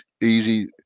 easy